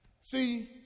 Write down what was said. See